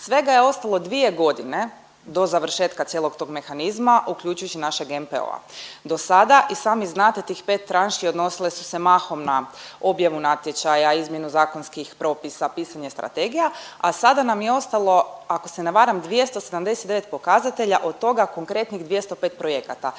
Svega je ostalo 2 godine do završetka cijelog tog mehanizma uključujući i našeg NPO-a. Do sada i sami znate tih 5 tranši odnosile su se mahom na objavu natječaja, izmjenu zakonskih propisa, pisanje strategija a sada nam je ostalo ako se ne varam 279 pokazatelja, od toga konkretnih 205 projekata